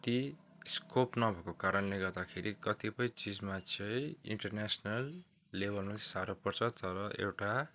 त्यति स्कोप नभएको कारणले गर्दाखेरि कतिपय चिजमा चाहिँ इन्टरन्यासनल लेबलमा चाहिँ साह्रो पर्छ तर एउटा